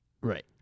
right